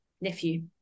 nephew